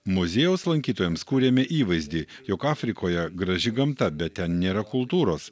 muziejaus lankytojams kuriame įvaizdį jog afrikoje graži gamta bet ten nėra kultūros